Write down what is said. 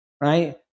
right